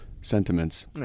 sentiments